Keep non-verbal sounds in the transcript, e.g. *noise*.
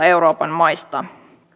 *unintelligible* euroopan maista